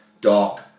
Doc